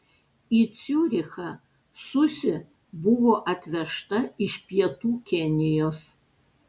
į ciurichą susi buvo atvežta iš pietų kenijos